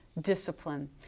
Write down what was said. discipline